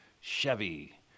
Chevy